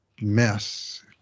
mess